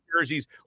jerseys